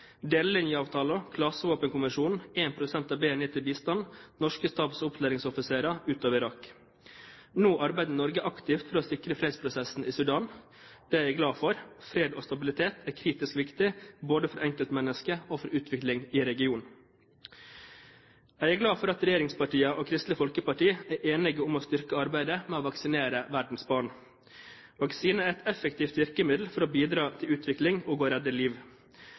delelinjeavtalen, klasevåpenkonvensjonen, 1 pst. av BNI til bistand, norske stabs- og opplæringsoffiserer ut av Irak. Nå arbeider Norge aktivt for å sikre fredsprosessen i Sudan. Det er jeg glad for. Fred og stabilitet er kritisk viktig både for enkeltmennesker og utvikling i regionen. Jeg er glad for at regjeringspartiene og Kristelig Folkeparti er enige om å styrke arbeidet med å vaksinere verdens barn. Vaksiner er et effektivt virkemiddel for å bidra til utvikling og å redde liv.